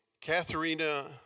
Katharina